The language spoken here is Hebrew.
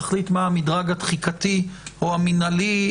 נחליט מה המדרג התחיקתי או המינהלי,